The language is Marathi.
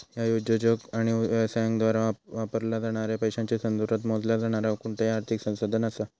ह्या उद्योजक आणि व्यवसायांद्वारा वापरला जाणाऱ्या पैशांच्या संदर्भात मोजला जाणारा कोणताही आर्थिक संसाधन असा